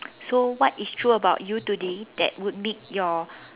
so what is true about you today that would make your